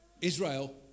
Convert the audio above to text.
Israel